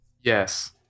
Yes